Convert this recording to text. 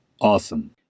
Awesome